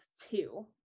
two